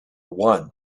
one